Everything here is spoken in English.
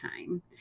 time